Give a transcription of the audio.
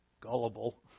gullible